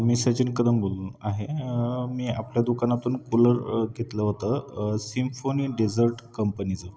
मी सचिन कदम बोल आहे मी आपल्या दुकानातून कूलर घेतलं होतं सिम्फनी डेझर्ट कंपनीचं